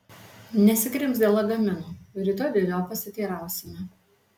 nesikrimsk dėl lagamino rytoj dėl jo pasiteirausime